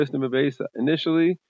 Initially